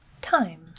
time